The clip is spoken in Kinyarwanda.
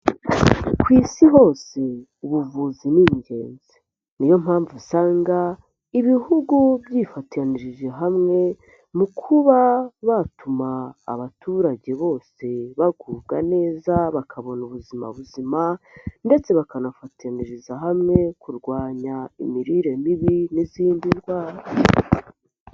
Ku isi hose ubuvuzi ni ingenzi. Niyo mpamvu usanga ibihugu byifatanyirije hamwe mu kuba batuma abaturage bose bagubwa neza bakabona ubuzima buzima ndetse bakanafatanyiriza hamwe mu kurwanya imirire mibi n'izindi ndwara.